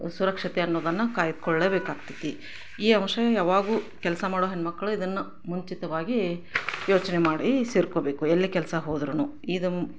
ಸುರಕ್ಷತೆ ಅನ್ನೋದನ್ನು ಕಾಯ್ದುಕೊಳ್ಳೇ ಬೇಕಾಗ್ತದೆ ಈ ಅಂಶ ಯಾವಾಗೂ ಕೆಲಸ ಮಾಡೋ ಹೆಣ್ಮಕ್ಳು ಇದನ್ನು ಮುಂಚಿತವಾಗೀ ಯೋಚನೆ ಮಾಡೀ ಸೇರ್ಕೋಬೇಕು ಎಲ್ಲೆ ಕೆಲಸ ಹೋದ್ರೂ ಇದು